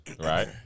right